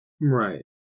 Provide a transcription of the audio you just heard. Right